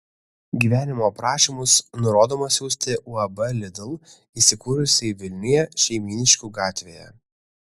gyvenimo aprašymus nurodoma siųsti uab lidl įsikūrusiai vilniuje šeimyniškių gatvėje